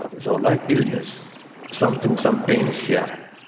so like illness something, some pains here,